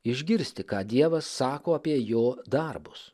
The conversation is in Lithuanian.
išgirsti ką dievas sako apie jo darbus